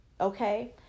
okay